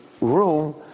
room